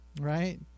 right